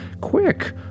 quick